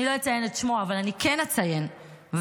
אני לא אציין את שמו, אבל אני כן אציין ואעדכן